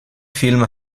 film